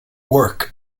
work